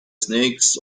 snakes